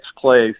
place